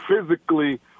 physically